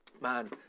Man